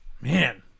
Man